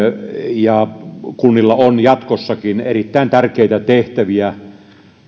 ja kunnilla on jatkossakin erittäin tärkeitä tehtäviä